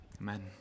Amen